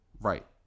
Right